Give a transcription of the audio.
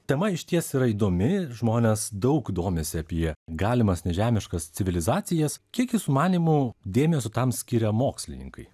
tema išties yra įdomi žmonės daug domisi apie galimas nežemiškas civilizacijas kiek jūsų manymu dėmesio tam skiria mokslininkai